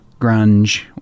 grunge